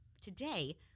Today